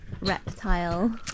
reptile